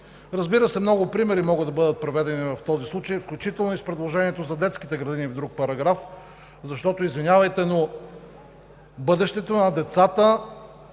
кампания. Много примери могат да бъдат приведени в този случай, включително и с предложението за детските градини в друг параграф, защото, извинявайте, но бъдещето на децата